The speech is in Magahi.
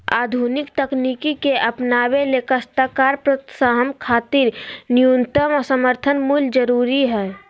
आधुनिक तकनीक के अपनावे ले काश्तकार प्रोत्साहन खातिर न्यूनतम समर्थन मूल्य जरूरी हई